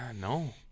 No